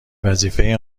وظیفه